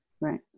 Right